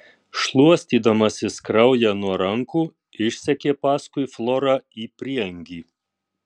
šluostydamasis kraują nuo rankų išsekė paskui florą į prieangį